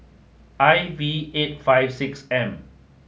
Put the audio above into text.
I V eight five six M